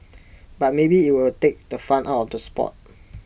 but maybe IT will take the fun out of the Sport